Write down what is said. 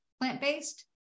plant-based